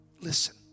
Listen